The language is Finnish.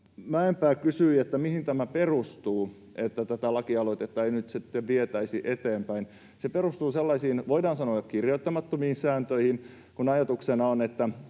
Mäenpää kysyi, mihin tämä perustuu, että tätä lakialoitetta ei nyt sitten vietäisi eteenpäin. Se perustuu sellaisiin, voidaan sanoa, kirjoittamattomiin sääntöihin, kun ajatuksena on, että